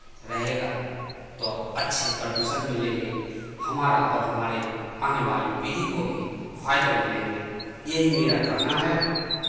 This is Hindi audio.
रहेगा तो अच्छे प्रदूषण मिलेंगे हमारा और हमारे आने वाले पीढ़ी को भी फ़ायदे मिलेंगे यही मेरा कहना है